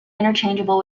interchangeable